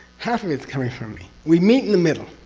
half of it's coming from me. we meet in the middle.